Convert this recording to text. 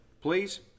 please